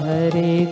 Hare